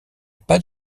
pas